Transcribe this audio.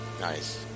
Nice